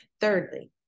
Thirdly